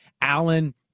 Allen